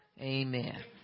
amen